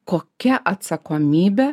kokia atsakomybe